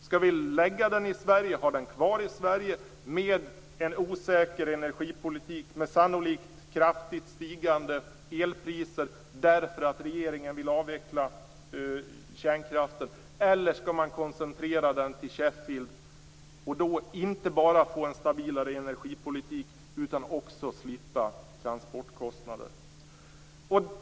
Skall vi ha den kvar i Sverige med en osäker energipolitik med sannolikt kraftigt stigande elpriser därför att regeringen vill avveckla kärnkraften, eller skall vi koncentrera den till Sheffield, och då inte bara få en stabilare energipolitik utan också slippa transportkostnader?